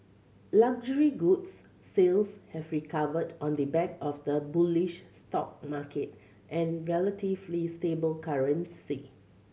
luxury goods sales have recovered on the back of the bullish stock market and relatively stable currency